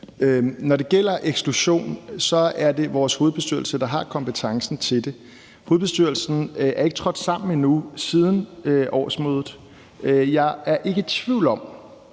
Når det gælder eksklusion, er det vores hovedbestyrelse, der har kompetencen til at gøre det. Hovedbestyrelsen er ikke trådt sammen endnu siden årsmødet. Jeg er ikke i tvivl om,